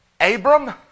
Abram